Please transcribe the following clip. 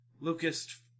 Lucas